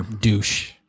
Douche